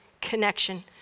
connection